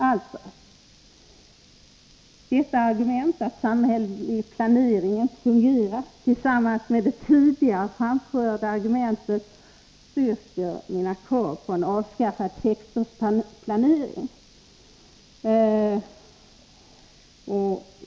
Alltså: Argumentet att samhällelig planering inte fungerar, tillsammans med det tidigare framförda argumentet, styrker mina krav på ett avskaffande av sektorsplanering.